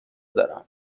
دارم